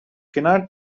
kennard